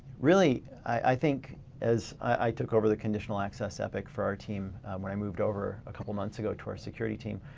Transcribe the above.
really, i think as i took over the conditional access epic for our team when i moved over a couple of months ago, to our security team.